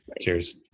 Cheers